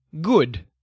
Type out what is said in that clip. Good